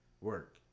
work